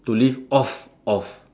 to live off off